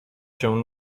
się